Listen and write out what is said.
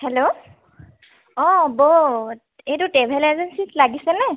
hello অঁ বৌ এইটো ট্ৰেভেল এজেঞ্চীত লাগিছেনে